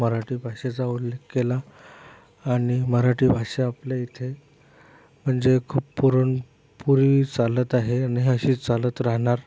मराठी भाषेचा उल्लेख केला आणि मराठी भाषा आपल्या इथे म्हणजे खूप पूरन पूर्वी चालत आहे आणि ही अशीच चालत राहणार